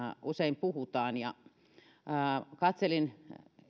usein puhutaan katselin